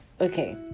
okay